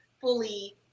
fully